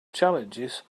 challenges